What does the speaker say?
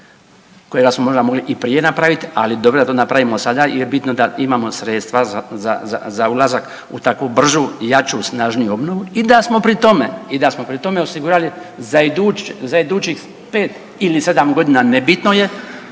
možda mogli i prije napraviti. Ali dobro da to napravimo sada jer je bitno da imamo sredstva za ulazak u tako brzu, i jaču, snažniju obnovu i da smo pri tome osigurali za idućih 5 ili 7 godina nebitno je